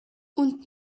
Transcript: und